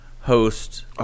host